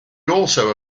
also